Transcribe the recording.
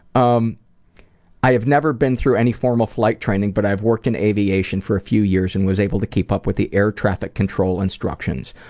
um i have never been through any formal flight training but i have worked in aviation for a few years and was able to keep up with the air traffic control instructions,